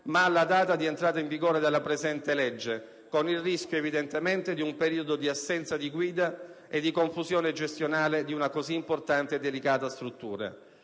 ma alla data di entrata in vigore della presente legge, con il rischio, evidentemente, di un periodo di assenza di guida e di confusione gestionale di una così importante e delicata struttura.